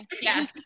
Yes